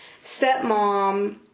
stepmom